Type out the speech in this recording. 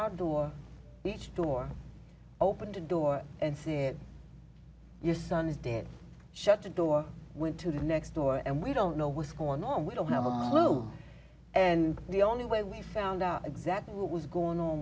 our door each door opened a door and said your son is dead shut the door went to the next door and we don't know what's going on we don't have a blow and the only way we found out exactly what was going on